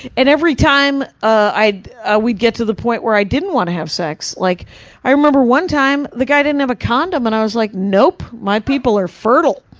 and every time, ah we'd get to the point where i didn't want to have sex, like i remember one time, the guy didn't have a condom and i was like, nope! my people are fertile.